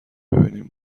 ببینین